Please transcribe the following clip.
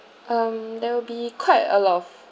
um there will be quite a lot of